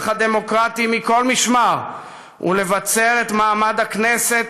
הדמוקרטי מכל משמר ולבצר את מעמד הכנסת,